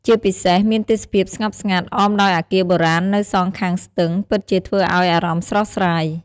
ជាពិសេសមានទេសភាពស្ងប់ស្ងាត់អមដោយអគារបុរាណនៅសងខាងស្ទឹង ពិតជាធ្វើឱ្យអារម្មណ៍ស្រស់ស្រាយ។